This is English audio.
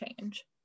change